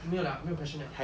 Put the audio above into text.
没有 lah 没有 question liao